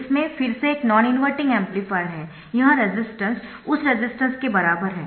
इसमें फिर से एक नॉन इनवर्टिंग एम्पलीफायर है यह रेसिस्टेन्स उस रेसिस्टेन्स के बराबर है